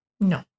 No